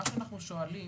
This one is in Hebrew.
מה שאנחנו שואלים,